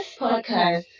podcast